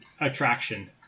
attraction